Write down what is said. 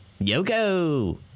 yoko